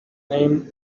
name